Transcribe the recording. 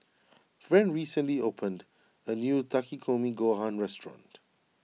Friend recently opened a new Takikomi Gohan restaurant